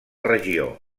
regió